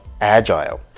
agile